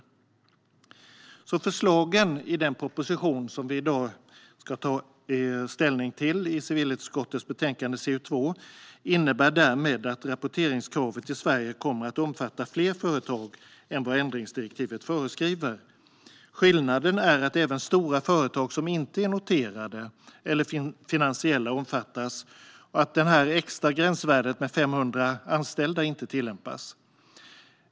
Förslagen i den proposition i civilutskottets betänkande CU2 som vi i dag ska ta ställning till innebär därmed att rapporteringskravet i Sverige kommer att omfatta fler företag än vad ändringsdirektivet föreskriver. Skillnaden är att även stora företag som inte är noterade eller finansiella omfattas och att det extra gränsvärdet 500 anställda inte tillämpas.